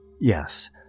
Yes